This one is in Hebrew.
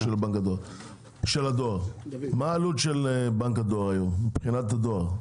מה העלות של בנק הדואר מבחינת הדואר?